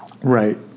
Right